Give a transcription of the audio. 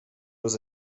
was